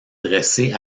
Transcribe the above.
dressé